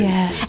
Yes